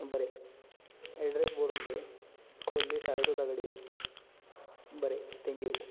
बरें ऍड्रॅस बरोवन घे खोर्ले सारस्वता कडेन बरें थँक्यू